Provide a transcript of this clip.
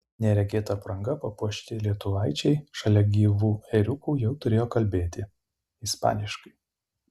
neregėta apranga papuošti lietuvaičiai šalia gyvų ėriukų jau turėjo kalbėti ispaniškai